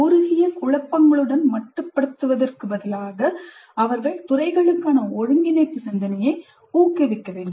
குறுகிய குழப்பங்களுடன் மட்டுப்படுத்தப்படுவதற்குப் பதிலாக அவர்கள் துறைகளுக்கான ஒருங்கிணைப்பு சிந்தனையை ஊக்குவிக்க வேண்டும்